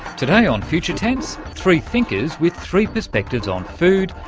today on future tense. three thinkers with three perspectives on food,